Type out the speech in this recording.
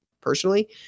personally